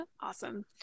Awesome